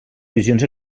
visions